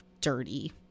dirty